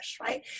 Right